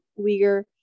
Uyghur